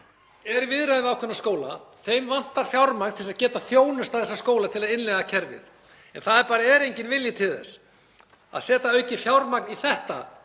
er í viðræðum við ákveðna skóla. Því vantar fjármagn til þess að geta þjónustað þessa skóla til að innleiða kerfið en það er enginn vilji til þess að setja aukið fjármagn í þetta